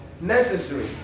necessary